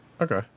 Okay